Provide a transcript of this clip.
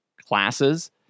classes